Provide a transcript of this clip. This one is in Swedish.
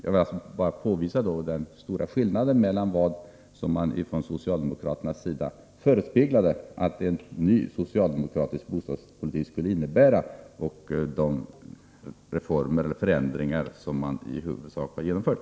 Jag ville bara påvisa den stora skillnaden mellan vad man från socialdemokraternas sida förespeglade att en ny socialdemokratisk bostadspolitik skulle innebära och de reformer och förändringar som man i huvudsak har genomfört.